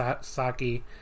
Saki